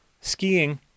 Skiing